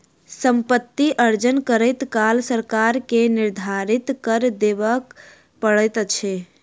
सम्पति अर्जन करैत काल सरकार के निर्धारित कर देबअ पड़ैत छै